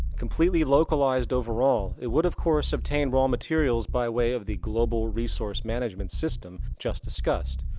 completely localized overall, it would, of course, obtain raw materials by way of the global resource management system just discussed,